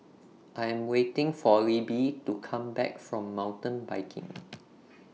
I Am waiting For Libby to Come Back from Mountain Biking